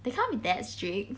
they can't be that strict